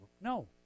No